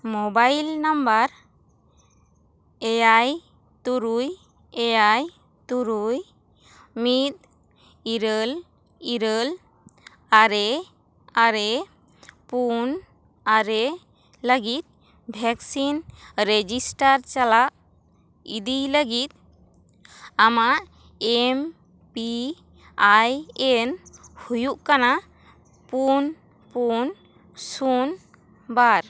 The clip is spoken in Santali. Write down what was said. ᱢᱳᱵᱟᱭᱤᱞ ᱱᱟᱢᱵᱟᱨ ᱮᱭᱟᱭ ᱛᱩᱨᱩᱭ ᱮᱭᱟᱭ ᱛᱩᱨᱩᱭ ᱢᱤᱫ ᱤᱨᱟᱹᱞ ᱤᱨᱟᱹᱞ ᱟᱨᱮ ᱟᱨᱮ ᱯᱩᱱ ᱟᱨᱮ ᱞᱟᱹᱜᱤᱫ ᱵᱷᱮᱠᱥᱤᱱ ᱨᱮᱡᱤᱥᱴᱟᱨ ᱪᱟᱞᱟᱣ ᱤᱫᱤᱭ ᱞᱟᱹᱜᱤᱫ ᱟᱢᱟᱜ ᱮᱢ ᱯᱤ ᱟᱭ ᱮᱱ ᱦᱩᱭᱩᱜ ᱠᱟᱱᱟ ᱯᱩᱱ ᱯᱩᱱ ᱥᱩᱱ ᱵᱟᱨ